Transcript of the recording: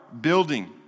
building